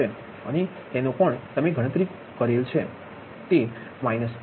85 છે અને તેનો કોણ તમે ગણતરી કરેલ છે તે 68